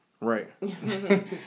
Right